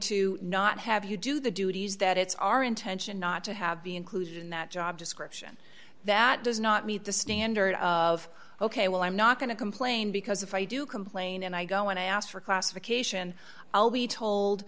to not have you do the duties that it's our intention not to have be included in that job description that does not meet the standard of ok well i'm not going to complain because if i do complain and i go when i asked for classification i'll be told